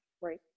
Right